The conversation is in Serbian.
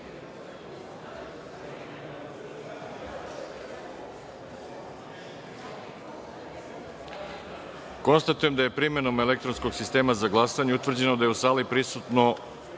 glasanje. Konstatujem da je primenom elektronskog sistema za glasanje utvrđeno da je u sali prisutno